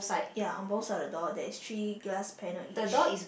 ya on both side of the door there is three glass panel each